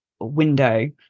window